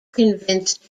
convinced